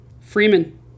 Freeman